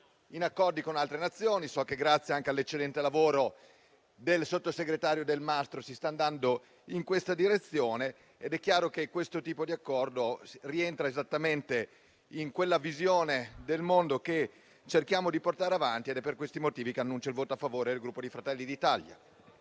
in accordo con altre Nazioni. So che anche grazie all'eccellente lavoro del sottosegretario Delmastro Delle Vedove si sta andando in questa direzione. È chiaro che questo tipo di accordo rientra esattamente in quella visione del mondo che cerchiamo di portare avanti ed è per questi motivi che annuncio il voto favorevole del mio